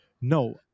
no